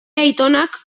aitonak